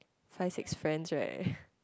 find his friends right